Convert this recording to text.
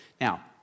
Now